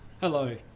Hello